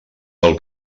del